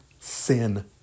sin